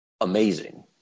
amazing